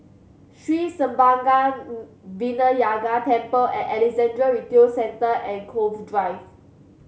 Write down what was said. Sri Senpaga Vinayagar Temple Alexandra Retail Centre and Cove Drive